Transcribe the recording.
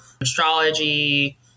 astrology